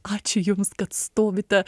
ačiū jums kad stovite